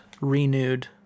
renewed